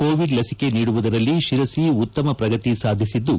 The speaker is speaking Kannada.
ಕೋವಿಡ್ ಲಸಿಕೆ ನೀಡುವುದರಲ್ಲಿ ಶಿರಸಿ ಉತ್ತಮ ಪ್ರಗತಿ ಸಾಧಿಸಿದ್ದು